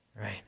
right